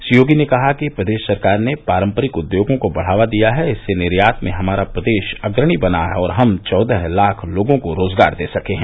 श्री योगी ने कहा कि प्रदेश सरकार ने पारम्परिक उद्योगों को बढ़ावा दिया है इससे निर्यात में हमारा प्रदेश अग्रणी बना है और हम चौदह लाख लोगों को रोजगार दे सके हैं